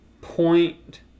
point